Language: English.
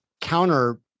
counter